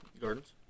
Gardens